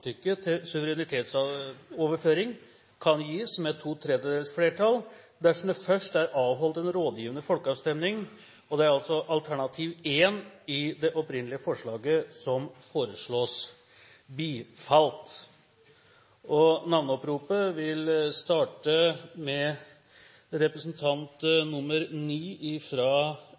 til suverenitetsoverføring kan gis med to tredjedels flertall dersom det først er avholdt en rådgivende folkeavstemning. Det er altså alternativ l i det opprinnelige forslaget som foreslås bifalt. Det vil bli votert ved navneopprop, og navneoppropet starter med representant